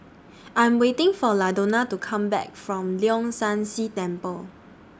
I'm waiting For Ladonna to Come Back from Leong San See Temple